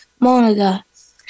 Monaga